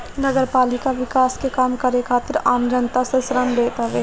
नगरपालिका विकास के काम करे खातिर आम जनता से ऋण लेत हवे